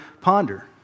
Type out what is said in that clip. ponder